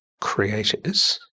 creators